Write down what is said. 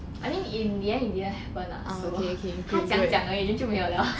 I mean in the end it didn't happen lah so 他讲讲而已 then 就没有了